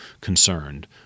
concerned